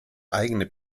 eigene